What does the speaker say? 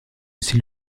aussi